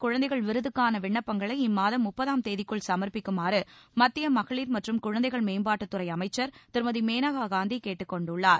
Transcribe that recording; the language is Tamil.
குழந்தைகள் விருதுக்கான விண்ணப்பங்களை இம்மாதம் முப்பதாம் தேதிக்குள் கேசிய சுமர்ப்பிக்குமாறு மத்திய மகளிர் மற்றும் குழந்தைகள் மேம்பாட்டுத்துறை அமைச்சர் திருமதி மேனகா காந்தி கேட்டுக் கொண்டுள்ளார்